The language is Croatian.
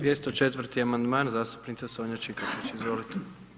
204. amandman zastupnica Sonja Čikotić, izvolite.